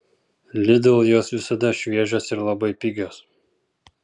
lidl jos visada šviežios ir labai pigios